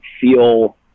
feel